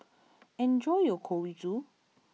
enjoy your Chorizo